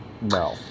No